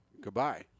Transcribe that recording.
Goodbye